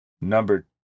number